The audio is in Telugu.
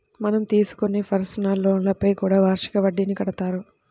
మనం తీసుకునే పర్సనల్ లోన్లపైన కూడా వార్షిక వడ్డీని కడతారు